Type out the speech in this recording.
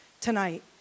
tonight